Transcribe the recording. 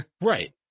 right